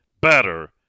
better